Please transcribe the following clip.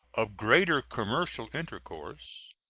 of greater commercial intercourse,